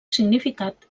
significat